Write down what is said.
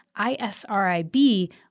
ISRIB